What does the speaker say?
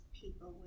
people